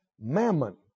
mammon